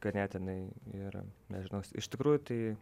ganėtinai ir mežinau iš tikrųjų tai